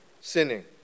sinning